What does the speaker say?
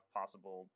possible